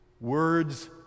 Words